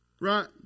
right